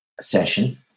session